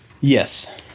Yes